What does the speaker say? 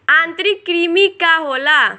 आंतरिक कृमि का होला?